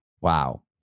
Wow